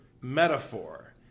metaphor